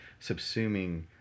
subsuming